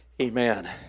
Amen